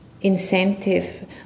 incentive